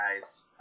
guys